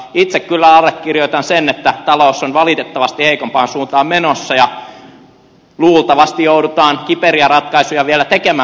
itse kyllä allekirjoitan sen että talous on valitettavasti heikompaan suuntaan menossa ja luultavasti joudutaan kiperiä ratkaisuja vielä tekemään